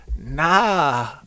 Nah